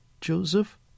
Joseph